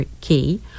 key